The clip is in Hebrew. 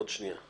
עוד שנייה.